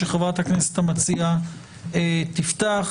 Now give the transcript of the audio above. שחברת הכנסת המציעה תפתח,